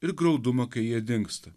ir graudumą kai jie dingsta